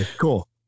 Cool